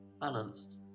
balanced